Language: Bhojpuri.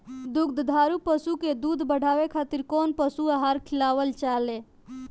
दुग्धारू पशु के दुध बढ़ावे खातिर कौन पशु आहार खिलावल जाले?